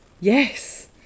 yes